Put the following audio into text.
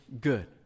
good